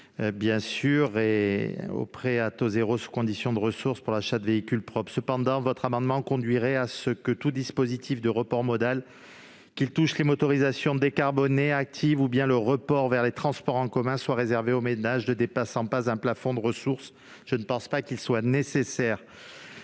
témoigne le prêt à taux zéro sous conditions de ressources pour l'achat de véhicules propres. Toutefois, si votre amendement était adopté, tout dispositif de report modal, qu'il concerne les motorisations décarbonées actives ou le report vers les transports en commun, serait réservé aux ménages ne dépassant pas un plafond de ressources. Il ne me semble pas nécessaire